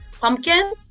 Pumpkin